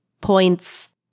points